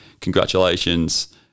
congratulations